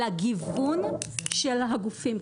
אלא גיוון של הגופים.